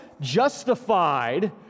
justified